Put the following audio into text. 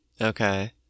Okay